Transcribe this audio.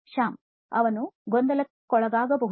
ಶ್ಯಾಮ್ ಅವನು ಗೊಂದಲಕ್ಕೊಳಗಾಗಬಹುದು